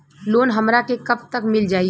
Loan हमरा के कब तक मिल जाई?